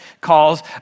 calls